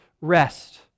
rest